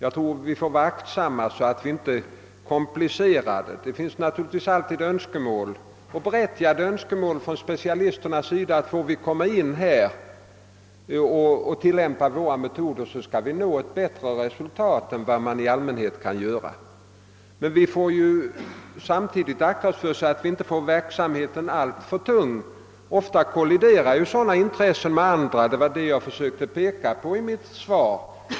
Vi får vara försiktiga så att vi inte komplicerar frågan. Det finns alltid berättigade önskemål från specialisterna att få tillämpa sina metoder för att försöka uppnå bättre resultat. Vi får emellertid akta oss så att verksamheten inte blir alltför tung. Ofta kolliderar vissa intressen med andra, vilket jag försökte påvisa i mitt svar.